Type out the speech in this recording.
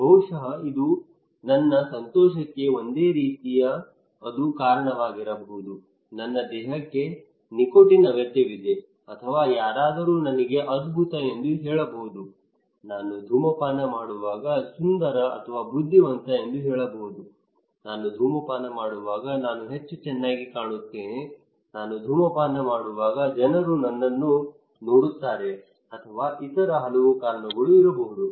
ಬಹುಶಃ ಇದು ನನ್ನ ಸಂತೋಷಕ್ಕೆ ಒಂದು ರೀತಿಯ ಅದು ಕಾರಣವಾಗಿರಬಹುದು ನನ್ನ ದೇಹಕ್ಕೆ ನಿಕೋಟಿನ್ ಅಗತ್ಯವಿದೆ ಅಥವಾ ಯಾರಾದರೂ ನನಗೆ ಅದ್ಭುತ ಎಂದು ಹೇಳಬಹುದು ನಾನು ಧೂಮಪಾನ ಮಾಡುವಾಗ ಸುಂದರ ಮತ್ತು ಬುದ್ಧಿವಂತ ಎಂದು ಹೇಳಬಹುದು ನಾನು ಧೂಮಪಾನ ಮಾಡುವಾಗ ನಾನು ಹೆಚ್ಚು ಚೆನ್ನಾಗಿ ಕಾಣುತ್ತೇನೆ ನಾನು ಧೂಮಪಾನ ಮಾಡುವಾಗ ಜನರು ನನ್ನನ್ನು ನೋಡುತ್ತಾರೆ ಅಥವಾ ಇತರ ಹಲವು ಕಾರಣಗಳು ಇರಬಹುದು